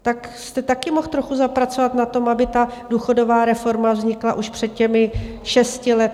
Tak jste taky mohl trochu zapracovat na tom, aby ta důchodová reforma vznikla už před těmi šesti lety.